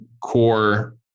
core